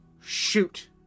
shoot